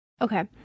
Okay